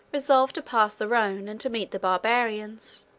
resolved to pass the rhone, and to meet the barbarians.